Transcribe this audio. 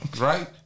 right